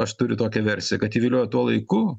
aš turiu tokią versiją kad įviliojo tuo laiku